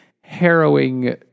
harrowing